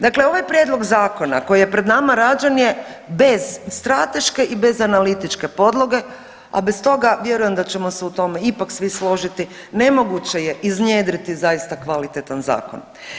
Dakle, ovaj prijedlog zakona koji je pred nama rađen je bez strateške i bez analitičke podloge, a bez toga vjerujem da ćemo se u tome ipak svi složiti, nemoguće je iznjedriti zaista kvalitetan zakon.